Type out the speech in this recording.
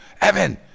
Evan